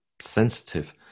sensitive